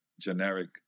generic